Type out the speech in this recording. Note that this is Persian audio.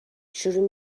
شروع